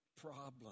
problem